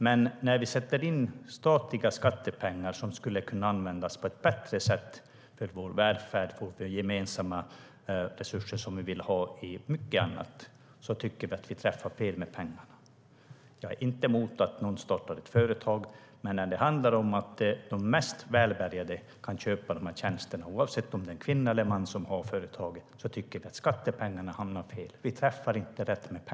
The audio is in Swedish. Men när vi sätter in statliga skattepengar som skulle kunna användas på ett bättre sätt för vår välfärd och till våra gemensamma resurser, som vi vill ha i mycket annat, tycker vi att vi träffar fel med pengarna. Jag är inte emot att någon startar ett företag, men när det handlar om att de mest välbärgade kan köpa tjänsterna - oavsett om det är en kvinna eller en man som har företaget - tycker vi att skattepengarna inte träffar rätt.